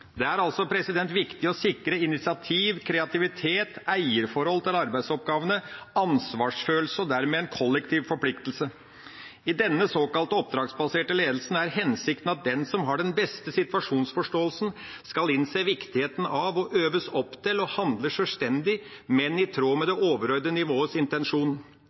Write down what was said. Det er altså viktig å sikre initiativ, kreativitet, eierforhold til arbeidsoppgavene, ansvarsfølelse og dermed en kollektiv forpliktelse. I denne ledelsen, den såkalte oppdragsbaserte ledelsen, er hensikten at den som har den beste situasjonsforståelsen, skal innse viktigheten av å øves opp til å handle sjølstendig, men i tråd med det overordnede nivåets intensjon.